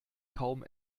kaum